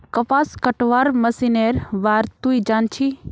कपास कटवार मशीनेर बार तुई जान छि